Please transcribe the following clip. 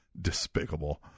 despicable